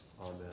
amen